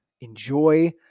Enjoy